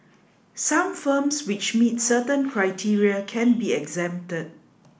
some firms which meet certain criteria can be exempted